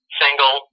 single